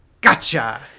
gotcha